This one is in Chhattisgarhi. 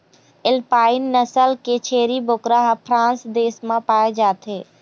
एल्पाइन नसल के छेरी बोकरा ह फ्रांस देश म पाए जाथे